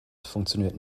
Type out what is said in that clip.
funktioniert